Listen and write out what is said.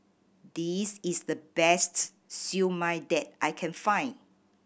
this is the best Siew Mai that I can find